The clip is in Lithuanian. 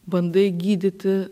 bandai gydyti